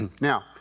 Now